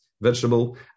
vegetable